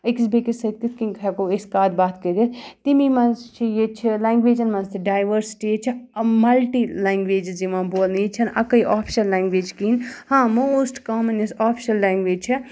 أکِس بیٚکِس سۭتۍ کِتھ کَنۍ ہٮ۪کو أسۍ کَتھ باتھ کٔرِتھ تمی منٛز چھِ ییٚتہِ چھِ لںٛگویجَن منٛز تہِ ڈایؤرسِٹی ییٚتہِ چھِ اَ مَلٹی لنٛگویجِز یِوان بولنہٕ ییٚتہِ چھَنہٕ اَکٕے آفِشَل لنٛگویج کِہیٖنۍ ہاں موسٹ کامَن یۄس آفِشَل لنٛگویج چھےٚ